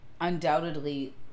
undoubtedly